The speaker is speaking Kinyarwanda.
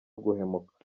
guhemuka